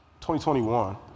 2021